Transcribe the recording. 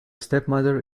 stepmother